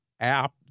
app